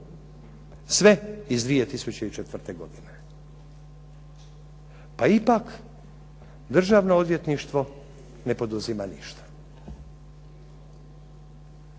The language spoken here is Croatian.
Sve iz 2004. godine. Pa ipak Državno odvjetništvo ne poduzima ništa.